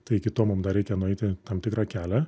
tai iki to mum dar reikia nueiti tam tikrą kelią